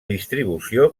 distribució